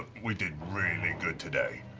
we did really good today.